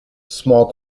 small